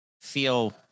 feel